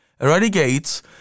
eradicates